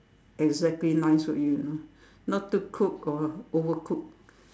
exactly nice for you you know not too cooked or overcooked